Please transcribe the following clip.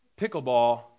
pickleball